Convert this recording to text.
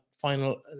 final